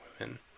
women